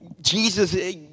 Jesus